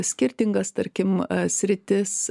skirtingas tarkim sritis